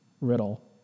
riddle